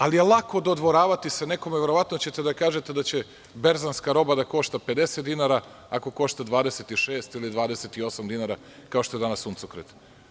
Ali je lako dodvoravati se nekome, verovatno ćete da kažete da će berzanska roba da košta 50 dinara, ako košta 26 ili 28 dinara, kao što je danas suncokret.